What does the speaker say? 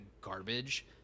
garbage